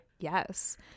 Yes